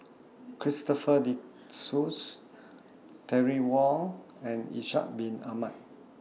Christopher De Souza Terry Wong and Ishak Bin Ahmad